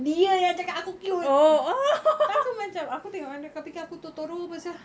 dia yang cakap aku cute tu aku macam aku tengokkan dia dia fikir aku totoro [pe] sia